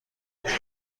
کرایه